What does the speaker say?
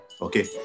okay